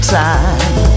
time